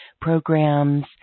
programs